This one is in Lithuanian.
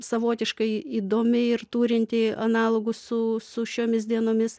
savotiškai įdomi ir turinti analogų su su šiomis dienomis